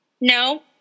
No